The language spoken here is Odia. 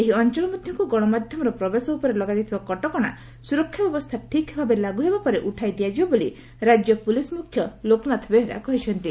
ଏହି ଅଞ୍ଚଳ ମଧ୍ୟକୁ ଗଣମାଧ୍ୟମର ପ୍ରବେଶ ଉପରେ ଲଗାଯାଇଥିବା କଟକଣା ସୁରକ୍ଷା ବ୍ୟବସ୍ଥା ଠିକ୍ ଭାବେ ଲାଗୁ ହେବା ପରେ ଉଠାଇ ଦିଆଯିବ ବୋଲି ରାଜ୍ୟ ପ୍ରଲିସ୍ ମ୍ରଖ୍ୟ ଲୋକନାଥ ବେହେରା କହିଚ୍ଛନ୍ତି